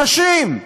נשים.